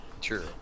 True